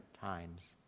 times